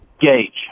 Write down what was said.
gage